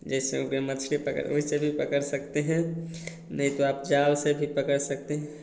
जैसे हो गया मछली पकड़ वैसे भी पकड़ सकते हैं नहीं तो आप जाल से भी पकड़ सकते हैं